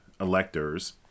electors